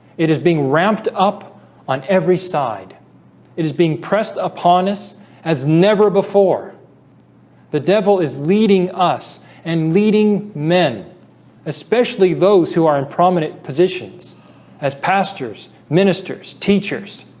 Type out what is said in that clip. it is being ramped up on every side it is being pressed upon us as never before the devil is leading us and leading men especially those who are in prominent positions as pastors ministers teachers